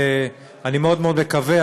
אני מאוד מאוד מקווה,